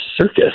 circus